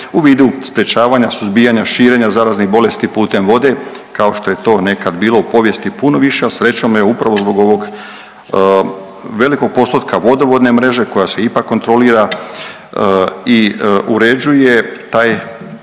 u vidu sprječavanja, suzbijanja, širenja zaraznih bolesti putem vode kao što je to nekad bilo u povijesti puno više, a srećom evo upravo zbog ovog velikog postotka vodovodne mreže koja se ipak kontrolira i uređuje taj